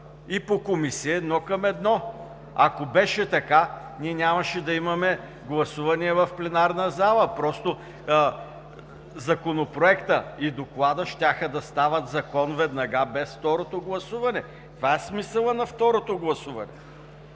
и по Комисия едно към едно. Ако беше така, ние нямаше да имаме гласувания в пленарната зала, а Законопроектът и Докладът щяха да стават закон веднага без второто гласуване. Това е смисълът на второто гласуване.